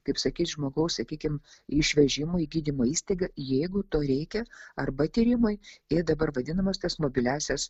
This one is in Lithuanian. kaip sakyt žmogaus sakykim išvežimui į gydymo įstaigą jeigu to reikia arba tyrimai ir dabar vadinamas tas mobiliąsias